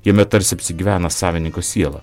jame tarsi apsigyvena savininko siela